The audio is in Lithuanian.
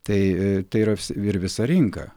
tai yra ir visa rinka